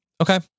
Okay